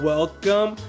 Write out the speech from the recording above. Welcome